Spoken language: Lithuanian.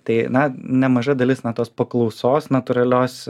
tai na nemaža dalis na tos paklausos natūralios